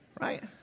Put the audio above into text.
Right